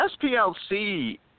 SPLC